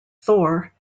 thor